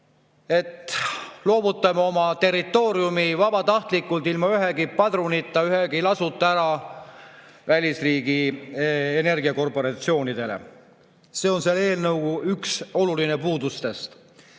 Loovutame oma territooriumi vabatahtlikult, ilma ühegi padrunita, ühegi lasuta ära välisriigi energiakorporatsioonidele. See on üks selle eelnõu olulistest puudustest.